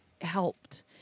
helped